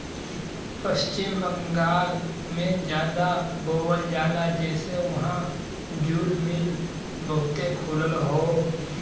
पश्चिम बंगाल में जादा बोवल जाला जेसे वहां जूल मिल बहुते खुलल हौ